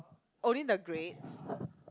only the grades